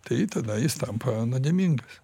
tai tada jis tampa nuodėmingas